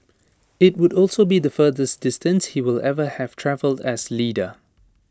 IT would also be the furthest distance he will ever have travelled as leader